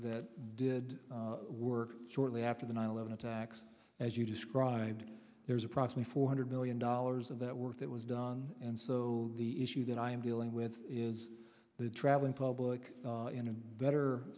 that did work shortly after the nine eleven attacks as you described there is approximately four hundred million dollars of that work that was done and so the issue that i am dealing with is the traveling public in a better